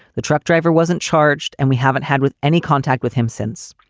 the truck driver wasn't charged and we haven't had with any contact with him since.